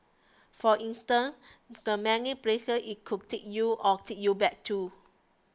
for instance the many places it could take you or take you back to